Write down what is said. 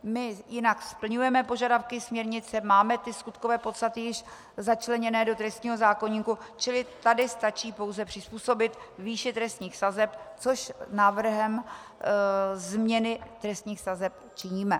My jinak splňujeme požadavky směrnice, máme skutkové podstaty již začleněné do trestního zákoníku, čili tady stačí pouze přizpůsobit výši trestních sazeb, což návrhem změny trestních sazeb činíme.